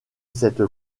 cette